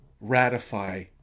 ratify